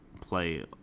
play